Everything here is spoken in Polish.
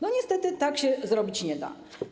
Niestety tak się zrobić nie da.